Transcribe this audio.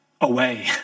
away